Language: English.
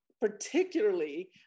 particularly